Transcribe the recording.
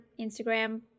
Instagram